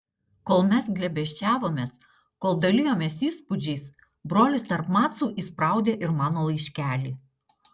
kol mes glėbesčiavomės kol dalijomės įspūdžiais brolis tarp macų įspraudė ir mano laiškelį